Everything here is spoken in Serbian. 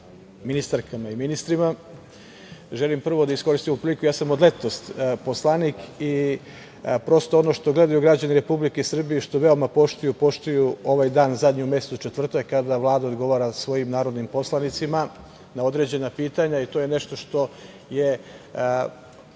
ministarkama i ministrima, želim prvo da iskoristim ovu priliku i da kažem da sam ja od letos poslanik, prosto ono što gledaju građani Republike Srbije i što veoma poštuju to je ovaj dan zadnji u mesecu četvrtak, kada Vlada odgovara svojim narodnim poslanicima na određena pitanja i to je nešto što je